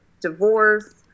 divorce